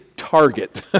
target